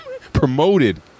Promoted